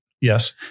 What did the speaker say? Yes